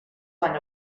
van